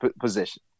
position